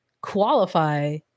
qualify